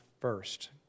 first